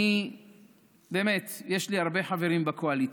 יש לי הרבה חברים בקואליציה,